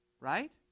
right